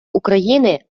україни